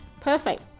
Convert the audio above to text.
Perfect